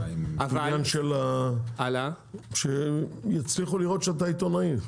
על העניין שיצליחו לראות שאתה עיתונאי?